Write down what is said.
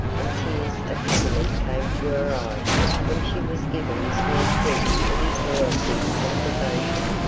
and tears of happiness came to her eyes when she was given this new proof of his loyalty and devotion.